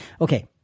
Okay